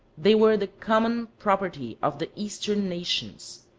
they were the common property of the eastern nations.